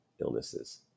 illnesses